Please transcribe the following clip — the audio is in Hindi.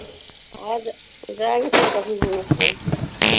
आज तो जाऍंगे फिर कभी घूमने के लिए